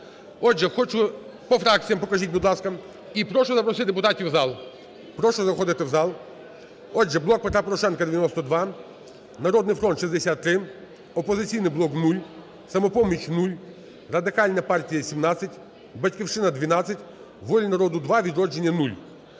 Отже, хочу… По фракціям покажіть, будь ласка. І прошу запросити депутатів в зал. Прошу заходити в зал. Отже, "Блок Петра Порошенка" – 92, "Народний фронт" – 63, "Опозиційний блок" – 0, "Самопоміч" – 0, Радикальна партія – 17, "Батьківщина" – 12, "Воля народу" – 2, "Відродження"